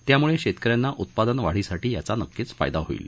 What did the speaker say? त्यामुळे शेतक यांना उत्पादन वाढीसाठी याचा नक्कीच फायदा होईल